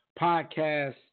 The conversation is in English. podcast